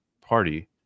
party